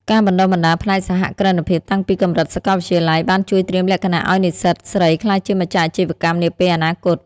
ការបណ្តុះបណ្តាលផ្នែកសហគ្រិនភាពតាំងពីកម្រិតសកលវិទ្យាល័យ បានជួយត្រៀមលក្ខណៈឱ្យនិស្សិតស្រីក្លាយជាម្ចាស់អាជីវកម្មនាពេលអនាគត។